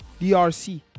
DRC